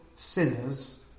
Sinners